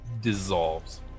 dissolves